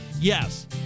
Yes